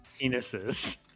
penises